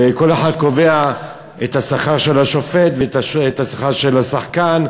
וכל אחד קובע את השכר של השופט ואת השכר של השחקן,